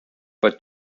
for